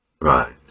right